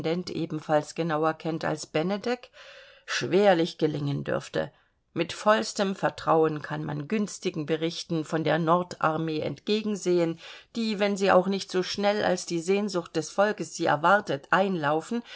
ebenfalls genauer kennt als benedek schwerlich gelingen dürfte mit vollstem vertrauen kann man günstigen berichten von der nord armee entgegen sehen die wenn sie auch nicht so schnell als die sehnsucht des volkes sie erwartet einlaufen